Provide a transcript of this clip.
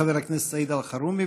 חבר הכנסת סעיד אלחרומי,